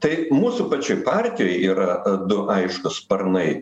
tai mūsų pačių partijoj yra du aiškūs sparnai